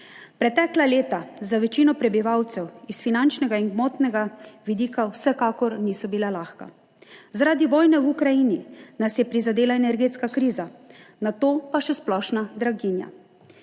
Pretekla leta za večino prebivalcev s finančnega in gmotnega vidika vsekakor niso bila lahka. Zaradi vojne v Ukrajini nas je prizadela energetska kriza, nato pa še splošna draginja.